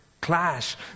clash